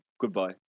goodbye